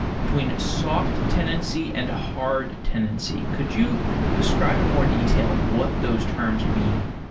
between soft tenancy and hard tenancy. could you describe in more detail what those terms mean?